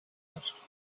asked